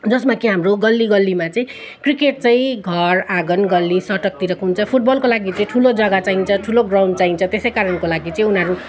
जसमा कि हाम्रो गल्लीगल्लीमा चाहिँ क्रिकेट चाहिँ घर आँगन गल्ली सडकतिर हुन्छ फुटबलको लागि चाहिँ ठुलो जग्गा चाहिन्छ ठुलो ग्राउन्ड चाहिन्छ त्यसै कारणको लागि चाहिँ उनीहरू